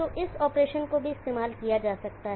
तो इस ऑपरेशन को भी इस्तेमाल किया जा सकता है